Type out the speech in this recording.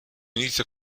inizia